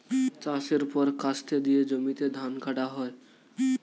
চাষের পর কাস্তে দিয়ে জমিতে ধান কাটা হয়